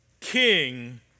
King